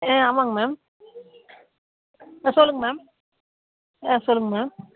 ஆ ஆமாங்க மேம் ஆ சொல்லுங்க மேம் ஆ சொல்லுங்க மேம்